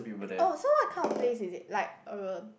oh so what kind of place is it like uh